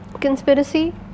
Conspiracy